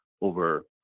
over